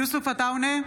יוסף עטאונה,